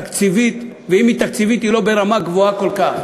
תקציבית, ואם היא תקציבית אז לא ברמה גבוהה כל כך.